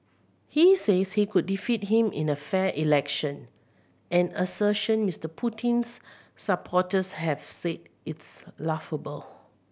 he says he could defeat him in a fair election an assertion Mister Putin's supporters have said its laughable